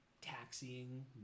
taxiing